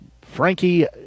Frankie